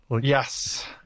Yes